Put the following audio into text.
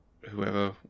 Whoever